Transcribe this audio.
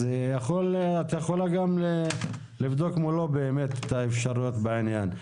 את יכולה גם לבדוק מולו את האפשרויות בעניין.